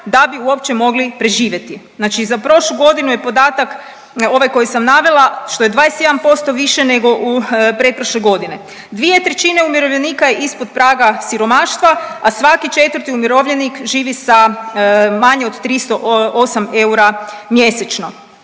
da bi uopće mogli preživjeti. Znači za prošlu godinu je podatak ovaj koji sam navela što je 21% više nego u pretprošle godine. 2/3 umirovljenika je ispod praga siromaštva, a svaki četvrti umirovljenik živi sa manje od 308 eura mjesečno.